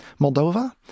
Moldova